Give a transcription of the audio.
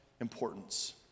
importance